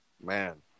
Man